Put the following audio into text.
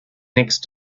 next